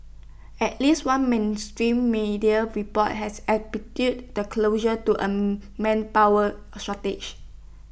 at least one mainstream media report has attributed the closure to A manpower shortage